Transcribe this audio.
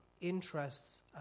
interests